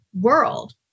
world